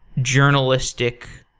journalistic,